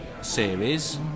series